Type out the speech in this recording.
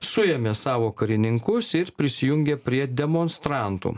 suėmė savo karininkus ir prisijungė prie demonstrantų